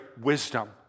wisdom